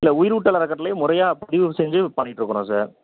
இல்லை உயிரூட்டல் அறக்கட்டளை முறையாக பதிவு செஞ்சு பண்ணிக்கிட்டு இருக்கிறோம் சார்